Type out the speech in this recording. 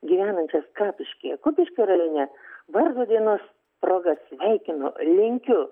gyvenančią skapiškyje kupiškio rajone vardo dienos proga sveikinu linkiu